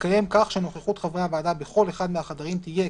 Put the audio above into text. תתקיים כך שנוכחות חברי הוועדה בכל אחד מהחדרים תהיה,